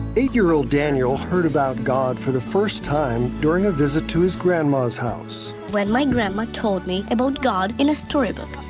eight year old daniel heard about god for the first time during a visit to his grandma's house. when my grandma told me about god in a storybook,